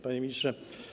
Panie Ministrze!